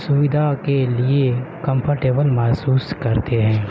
سویدھا کے لیے کنفرٹیبل محسوس کرتے ہیں